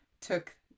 took